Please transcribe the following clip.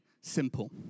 simple